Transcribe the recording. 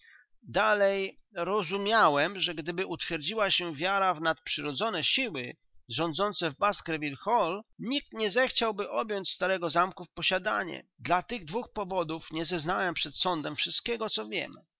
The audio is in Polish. dalej rozumiałem że gdyby utwierdziła się wiara w nadprzyrodzone siły rządzące w baskerville hall nikt nie zechciałby objąć starego zamku w posiadanie dla tych dwóch powodów nie zeznałem przed sądem wszystkiego co wiem